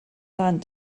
land